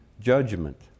judgment